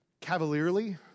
cavalierly